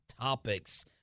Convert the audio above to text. topics